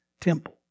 temple